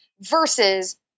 versus